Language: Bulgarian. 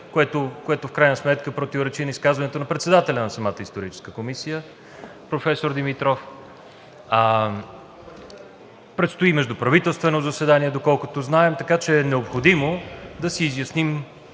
което в крайна сметка противоречи на изказването на председателя на самата историческа комисия – професор Димитров. Предстои междуправителствено заседание, доколкото знаем, така че е необходимо да си изясним